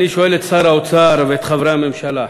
אני שואל את שר האוצר ואת חברי הממשלה: